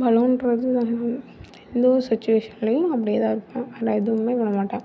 பலம்ன்றது எந்த ஒரு சுச்சிவேஷன்லேயும் அப்படியே தான் இருக்கும் ஆனால் எதுவுமே பண்ண மாட்டேன்